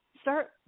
start